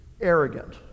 arrogant